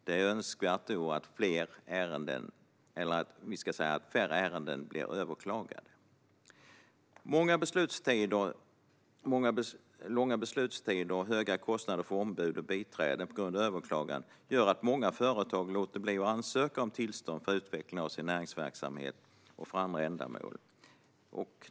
Det är önskvärt att färre ärenden blir överklagade. Långa beslutstider och höga kostnader för ombud och biträden på grund av överklaganden gör att många företag låter bli att ansöka om tillstånd för utveckling av sin näringsverksamhet och för andra ändamål.